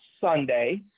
Sunday